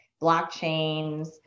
blockchains